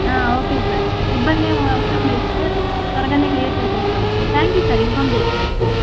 okay sir ఇబ్బందేమీ అవసరం లేదు సార్ త్వరగానే క్లియర్ చేసేస్తాము sir thank you sir inform చేసినందుకు